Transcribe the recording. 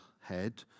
head